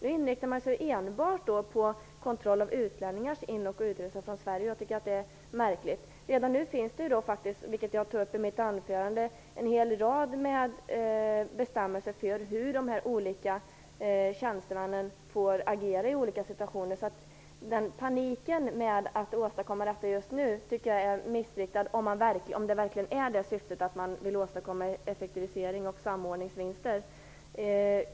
Nu inriktar man sig ju enbart på kontroll av utlänningars in och utresa till respektive från Sverige, vilket jag tycker är märkligt. Som jag tog upp i mitt anförande finns det redan nu en hel rad bestämmelser för hur de olika tjänstemännen får agera i olika situationer. Paniken med att åstadkomma en lagändring just nu är missriktad, om syftet verkligen är att åstadkomma effektiviserings och samordningsvinster.